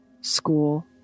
school